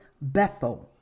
Bethel